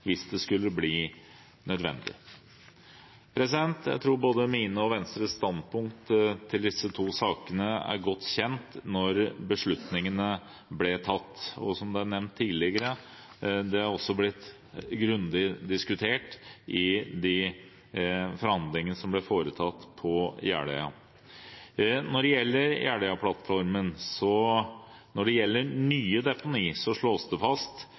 hvis det skulle bli nødvendig. Jeg tror både mine og Venstres standpunkt i disse to sakene var godt kjent da beslutningene ble tatt, og som det er nevnt tidligere, er dette også blitt grundig diskutert i de forhandlingene man hadde på Jeløya. Når det gjelder nye deponi, slås det fast